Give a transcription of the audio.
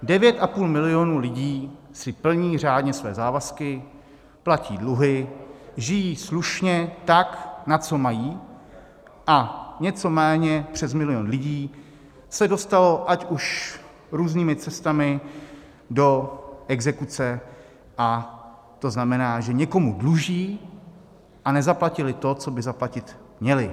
9,5 milionu lidí si plní řádně své závazky, platí dluhy, žijí slušně tak, na co mají, a něco méně přes milion lidí se dostalo, ať už různými cestami, do exekuce, a to znamená, že někomu dluží a nezaplatili to, co by zaplatit měli.